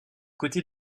côté